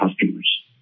customers